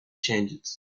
changed